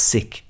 Sick